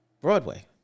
Broadway